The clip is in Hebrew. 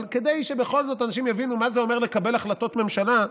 אבל כדי שבכל זאת אנשים יבינו מה זה אומר לקבל החלטות ממשלה,